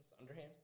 underhand